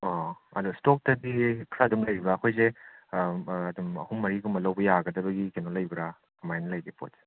ꯑꯣ ꯑꯣ ꯑꯗꯣ ꯏꯁꯇꯣꯛꯇꯗꯤ ꯈꯔ ꯑꯗꯨꯝ ꯂꯩꯕ꯭ꯔꯥ ꯑꯩꯈꯣꯏꯁꯦ ꯑꯗꯨꯝ ꯑꯍꯨꯝ ꯃꯔꯤꯒꯨꯝꯕ ꯂꯧꯕ ꯌꯥꯒꯗꯕꯒꯤ ꯀꯩꯅꯣ ꯂꯩꯕ꯭ꯔꯥ ꯀꯃꯥꯏꯅ ꯂꯩꯒꯦ ꯄꯣꯠꯁꯦ